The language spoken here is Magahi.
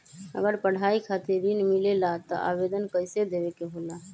अगर पढ़ाई खातीर ऋण मिले ला त आवेदन कईसे देवे के होला?